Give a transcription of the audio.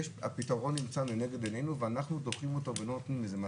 הפתרון נמצא לנגד עיננו ואנחנו דוחים אותו ולא נותנים לזה,